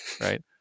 right